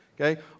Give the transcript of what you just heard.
Okay